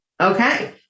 Okay